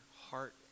heart